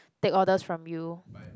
take orders from you